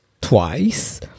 twice